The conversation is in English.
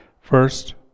First